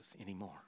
anymore